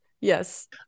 yes